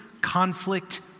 conflict